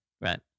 Right